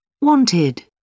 Wanted